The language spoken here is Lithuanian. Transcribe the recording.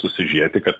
susižiūrėti kad